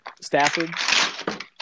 Stafford